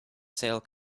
sale